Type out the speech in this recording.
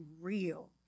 real